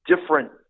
different